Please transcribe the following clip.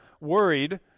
worried